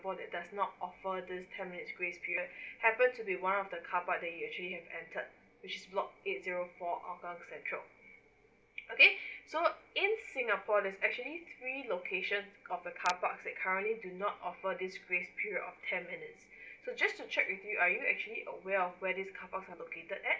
does not offer this ten minutes grace period happen to be one of the car park that is actually have entered which is block eight zero four hougang central okay so in singapore there's actually three location of the car park that currently do not offer this grace period of ten minutes so just to check with you are you actually aware of where this car park are located at